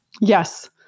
Yes